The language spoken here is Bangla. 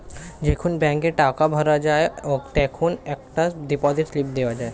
যখন ব্যাংকে টাকা ভরা হয় তখন একটা ডিপোজিট স্লিপ দেওয়া যায়